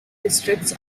districts